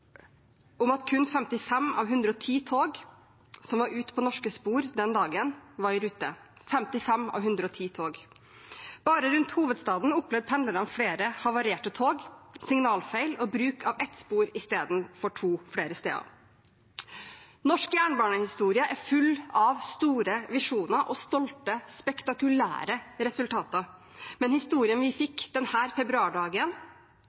at kun 55 av 110 tog som var ute på norske spor den dagen, var i rute – 55 av 110 tog. Bare rundt hovedstaden opplevde pendlerne flere havarerte tog, signalfeil og bruk av ett spor i stedet for to flere steder. Norsk jernbanehistorie er full av store visjoner og stolte, spektakulære resultater. Men historiene vi